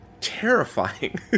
terrifying